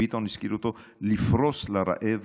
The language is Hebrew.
וביטון הזכיר אותו, לפרוס לרעב